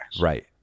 Right